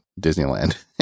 Disneyland